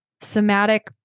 Somatic